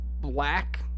Black